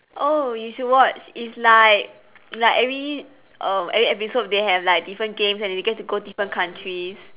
oh you should watch it's like like every err every episode they have like different games and they get to go different countries